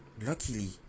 Luckily